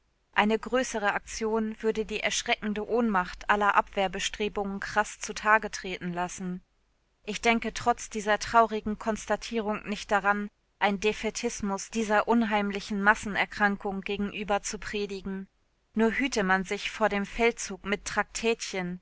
eine größere aktion würde die erschreckende ohnmacht aller abwehrbestrebungen kraß zutage treten lassen ich denke trotz dieser traurigen konstatierung nicht daran einen defaitismus dieser unheimlichen massenerkrankung gegenüber zu predigen nur hüte man sich vor dem feldzug mit